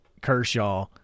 Kershaw